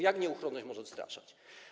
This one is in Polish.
Jak nieuchronność może tu odstraszać?